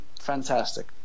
fantastic